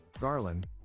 Garland